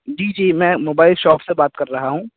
جی جی میں mobile shop سے بات کر رہا ہوں